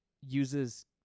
uses